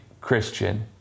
Christian